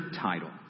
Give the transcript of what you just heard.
title